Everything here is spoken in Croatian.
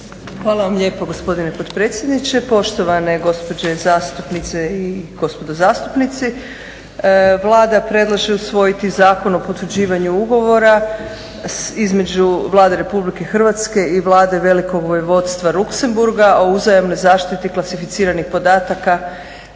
Hvala vam lijepo gospodine potpredsjedniče. Poštovane gospođe zastupnici i gospodo zastupnici. Vlada predlaže usvojiti Zakon o potvrđivanju ugovora između Vlade Republike Hrvatske i Vlade Velikog Vojvodstva Luxembourga o uzajamnoj zaštiti klasificiranih podataka,